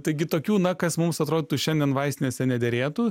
taigi tokių na kas mums atrodytų šiandien vaistinėse nederėtų